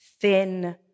thin